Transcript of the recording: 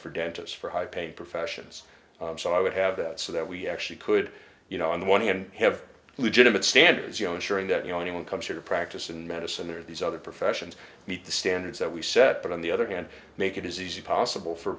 for dentists for high paying professions so i would have that so that we actually could you know on the one hand have legitimate standards you know ensuring that you know anyone comes here to practice in medicine or these other professions meet the standards that we set but on the other hand make it is easy possible for